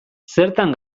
zertan